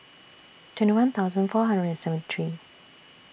twenty one thousand four hundred and seventy three